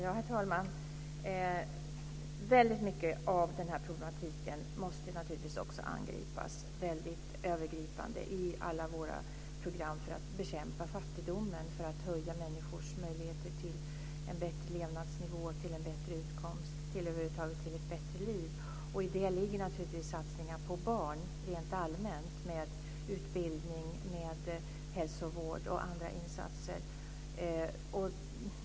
Herr talman! Mycket av denna problematik måste naturligtvis angripas övergripande i alla våra program för att bekämpa fattigdomen och för att öka människors möjligheter till en bättre levnadsnivå och till en bättre utkomst - över huvud taget till ett bättre liv. I det ligger naturligtvis satsningar på barn rent allmänt med utbildning, hälsovård och andra insatser.